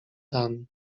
dan